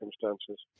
circumstances